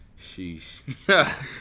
sheesh